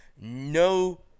No